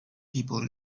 people